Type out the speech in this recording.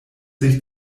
sich